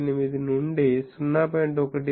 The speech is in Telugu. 18 నుండి 0